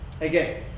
Again